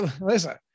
listen